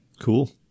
Cool